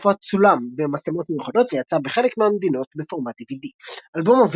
המופע צולם במצלמות מיוחדות ויצא בחלק מהמדינות בפורמט DVD. אלבום